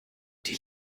die